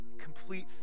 Complete